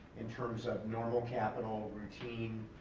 in terms of normal capital routine